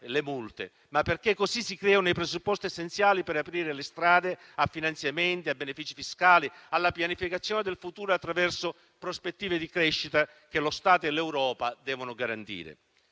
le multe, ma anche perché così si creano i presupposti essenziali per aprire le strade a finanziamenti, a benefici fiscali, alla pianificazione del futuro attraverso prospettive di crescita che lo Stato e l'Europa devono garantire.